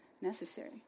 necessary